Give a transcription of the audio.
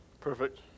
Perfect